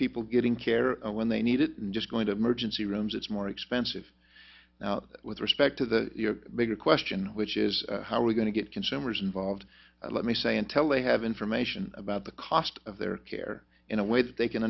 people getting care when they need it and just going to merge and see rooms it's more expensive now with respect to the bigger question which is how are we going to get consumers involved let me say intel they have information about the cost of their care in a way that they can